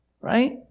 right